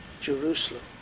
Jerusalem